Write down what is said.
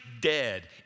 dead